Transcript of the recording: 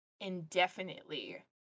indefinitely